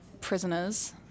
Prisoners